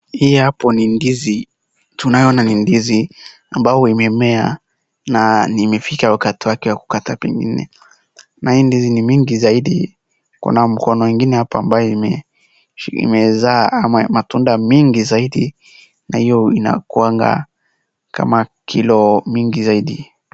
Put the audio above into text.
Hii hapo ni ndizi tunayoona ni ndizi ambayo imemea na imefika wakakti wake wa kukata pengine mahindi ni mingi zaidi. Kuna mkono ingine hapa ambayo imezaa ama matunda mingi zaidi na hiyo inakuanga kama kilo mingi zaidi.